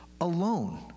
alone